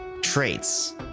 traits